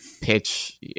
pitch